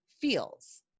feels